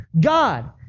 God